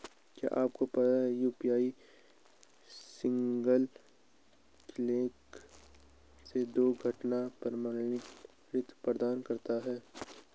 क्या आपको पता है यू.पी.आई सिंगल क्लिक से दो घटक प्रमाणिकता प्रदान करता है?